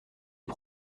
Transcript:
les